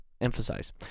emphasize